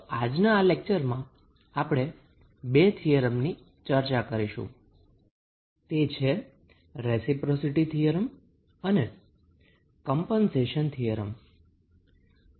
તો આજના આ લેક્ચરમાં આપણે 2 થીયરમની ચર્ચા કરીશું તે છે રેસિપ્રોસિટી થીયરમ અને કમ્પન્સેશન થીયરમ